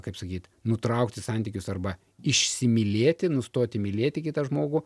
kaip sakyt nutraukti santykius arba išsimylėti nustoti mylėti kitą žmogų